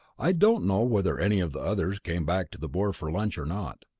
i don't know whether any of the others came back to the boar for lunch, or not.